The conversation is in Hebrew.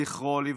זכרו לברכה.